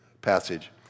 passage